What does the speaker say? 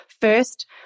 first